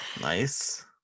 nice